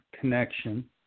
connection